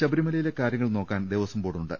ശബരിമലയിലെ കാര്യങ്ങൾ നോക്കാൻ ദേവസ്വംബോർഡു ണ്ട്